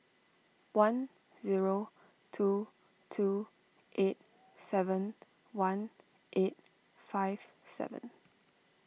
one zero two two eight seven one eight five seven